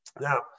Now